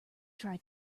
try